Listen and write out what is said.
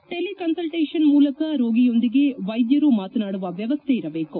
tele ಕನ್ನಲ್ವೇಶನ್ ಮೂಲಕ ರೋಗಿಯೊಂದಿಗೆ ವೈದ್ಯರು ಮಾತನಾಡುವ ವ್ಯವಸ್ಥೆ ಇರಬೇಕು